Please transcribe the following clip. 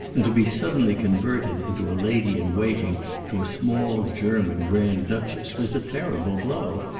and to be suddenly converted into a lady-in-waiting to a small german grand-duchess, was a terrible blow.